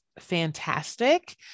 fantastic